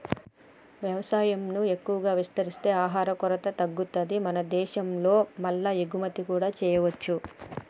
వ్యవసాయం ను ఎక్కువ విస్తరిస్తే ఆహార కొరత తగ్గుతది మన దేశం లో మల్ల ఎగుమతి కూడా చేయొచ్చు